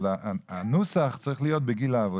אבל הנוסח צריך להיות: "בגיל העבודה".